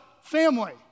family